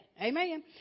Amen